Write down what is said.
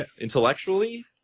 Intellectually